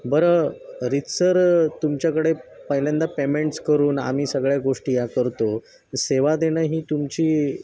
बरं रीतसर तुमच्याकडे पहिल्यांदा पेमेंट्स करून आम्ही सगळ्या गोष्टी या करतो सेवा देणं ही तुमची